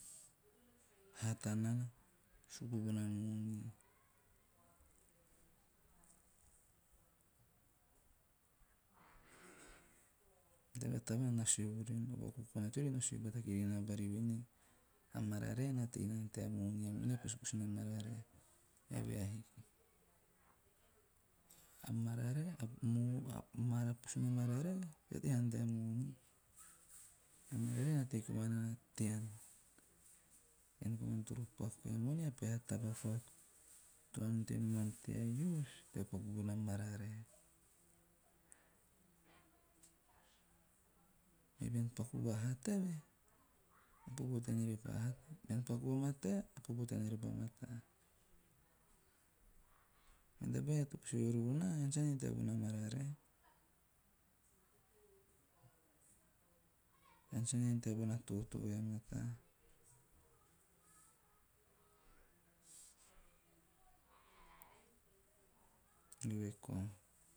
Hata nana suku bona moni. Bero tavaan na sue vorienei o vakokona teori na sue bata kirinana vonei a mararae na tei nana tea moni, a mararae ha tei nana tea moni. A eve a pusu pusu na mararae evehe a hiki. A mararae a mo. A pusu na mararae sa tei haana tea moni. A mararae na teo komana nana tean, ean komana toro pakue. A moni a peha taba koa to ante man tea use tea paku bona mararae me bean paku va hata eve, a popo tean repa mataa. Mene tabae to pa sue vuru vo naa, ean sa ante haanom tea von a mararae. Ean sa ante haanom tea von a totoo vai a mataa, eve koa.